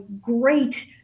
great